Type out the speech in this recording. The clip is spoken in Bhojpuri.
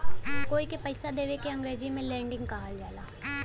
कोई के पइसा देवे के अंग्रेजी में लेंडिग कहल जाला